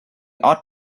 ought